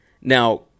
Now